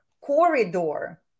corridor